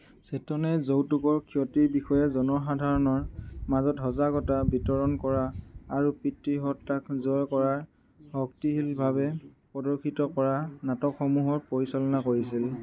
চেতনে যৌতুকৰ ক্ষতিৰ বিষয়ে জনসাধাৰণৰ মাজত সজাগতা বিতৰণ কৰা আৰু পিতৃসত্তাক জয় কৰাৰ শক্তিশীলভাৱে প্ৰদৰ্শিত কৰা নাটকসমূহৰ পৰিচালনা কৰিছিল